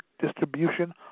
distribution